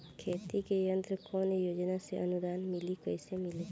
खेती के यंत्र कवने योजना से अनुदान मिली कैसे मिली?